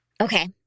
Okay